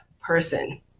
person